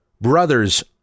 Brothers